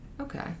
Okay